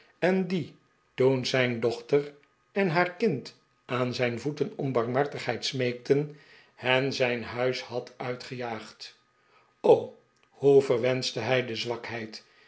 en die toen zijn dochter en haar kind aan zijn voeten om barmhartigheid smeekten hen zijn huis had uitgejaagd o hoe verwenschte hij de zwakheid